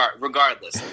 Regardless